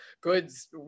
goods